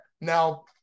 Now